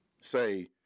say